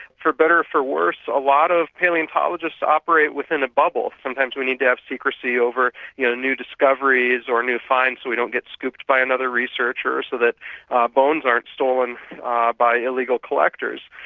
for better, for worse. a lot of palaeontologists operate within a bubble. sometimes we need to have secrecy over you know new discoveries or new finds, so we don't get scooped by another researcher, so that our bones aren't stolen ah by illegal collectors.